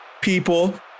People